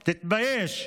תתבייש.